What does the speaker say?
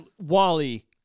Wally